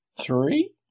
Three